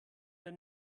der